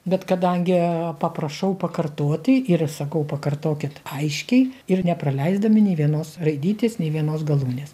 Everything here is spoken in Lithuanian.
bet kadangi paprašau pakartoti ir sakau pakartokit aiškiai ir nepraleisdami nei vienos raidytės nei vienos galūnės